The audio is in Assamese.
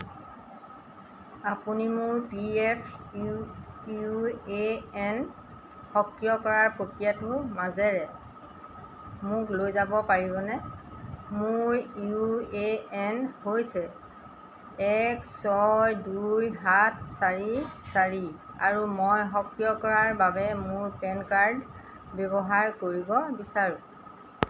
আপুনি মোৰ P F U U A N সক্ৰিয় কৰাৰ প্ৰক্ৰিয়াটোৰ মাজেৰে মোক লৈ যাব পাৰিবনে মোৰ ইউ এ এন হৈছে এক ছয় দুই সাত চাৰি চাৰি আৰু মই সক্ৰিয় কৰাৰ বাবে মোৰ পেন কাৰ্ড ব্যৱহাৰ কৰিব বিচাৰোঁ